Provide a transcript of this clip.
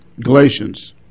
Galatians